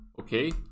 okay